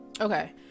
Okay